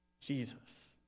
Jesus